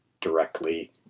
directly